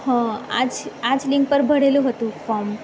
હા આ જ આ જ લિન્ક પર ભરેલું હતું ફોમ